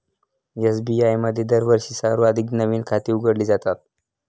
SBI मध्ये दरवर्षी सर्वाधिक नवीन खाती उघडली जातात